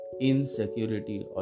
insecurity